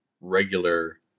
regular